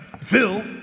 Phil